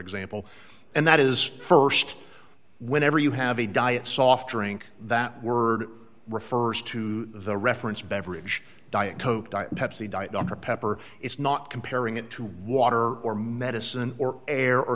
example and that is st whenever you have a diet soft drink that word refers to the reference beverage diet coke diet pepsi diet dr pepper it's not comparing it to water or medicine or air or